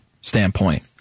standpoint